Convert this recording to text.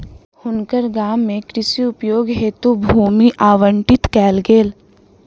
हुनकर गाम में कृषि उपयोग हेतु भूमि आवंटित कयल गेल